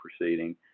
proceeding